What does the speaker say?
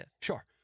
Sure